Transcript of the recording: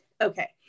Okay